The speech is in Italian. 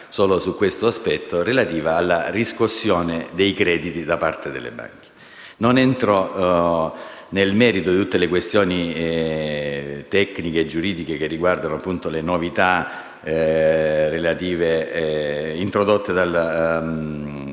Non entro nel merito di tutte le questioni tecniche e giuridiche che riguardano le novità introdotte dal decreto